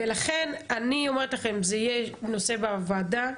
לכן, אני אומרת לכם: זה יהיה נושא בוועדה.